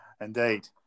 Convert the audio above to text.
Indeed